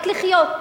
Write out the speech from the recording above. רק לחיות,